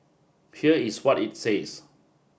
here is what it says